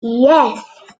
yes